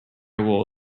will